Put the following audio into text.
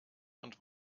und